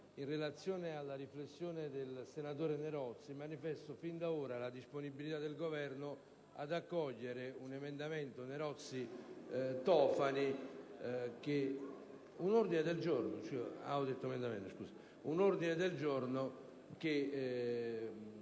In relazione alla riflessione del senatore Nerozzi, manifesto fin d'ora la disponibilità del Governo ad accogliere l'ordine del giorno cui